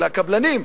אלא הקבלנים,